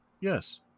Yes